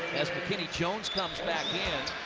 as mckinney jones comes back in.